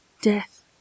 death